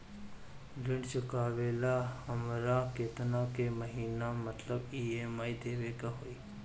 ऋण चुकावेला हमरा केतना के महीना मतलब ई.एम.आई देवे के होई?